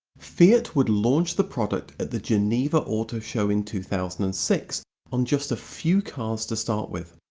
fiat would launch the product at the geneva auto show in two thousand and six on just a few cars to start with.